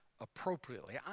appropriately